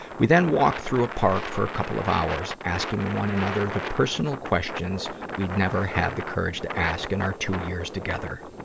we then walked through a park for a couple of hours, asking one another the personal questions we'd never had the courage to ask in our two years together.